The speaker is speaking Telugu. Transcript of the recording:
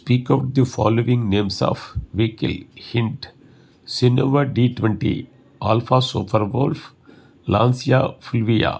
speak out the following names of vehicle hint Sini Sinova D twenty Alfa super wolf Lancia Fulvia